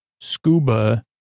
Scuba